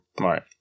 Right